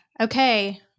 Okay